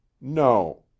No